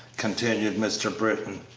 continued mr. britton.